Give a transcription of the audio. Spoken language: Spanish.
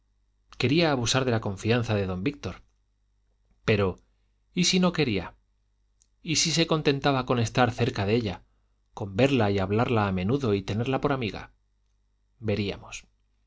quería abusar de la confianza de don víctor pero y si no quería si se contentaba con estar cerca de ella con verla y hablarla a menudo y tenerla por amiga veríamos